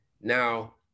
Now